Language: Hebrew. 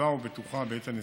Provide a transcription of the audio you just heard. יציבה ובטוחה בעת הנסיעה.